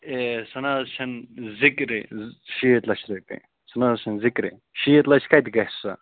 ہے سۄ نہٕ حظ چھَنہٕ زِکری شیٖتھ لَچھ رۄپیہِ سُہ نہٕ حظ چھَنہٕ زِکرے شیٖتھ لَچھ کَتہِ گَژھِ سُہ